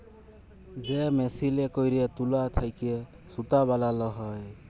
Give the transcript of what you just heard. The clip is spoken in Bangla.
যে মেসিলে ক্যইরে তুলা থ্যাইকে সুতা বালাল হ্যয়